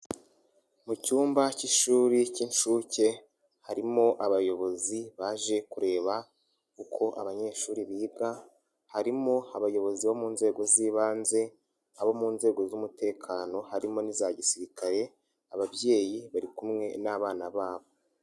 Mu cyumba cy'ishuri cy'inshuke harimo abayobozi baje kureba uko abanyeshuri biga, harimo abayobozi bo mu nzego z'ibanze, abo mu nzego z'umutekano harimo n'iza gisirikare, ababyeyi bari kumwe n'abana babo.